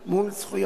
נרשמו 25 חברי